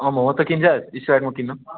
मोमो तँ किन्छस् स्प्राइट म किन्नु